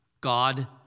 God